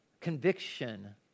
conviction